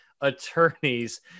attorneys